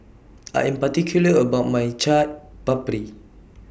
I Am particular about My Chaat Papri